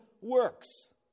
works